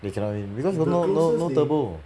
they cannot win because no no no turbo